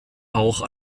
auch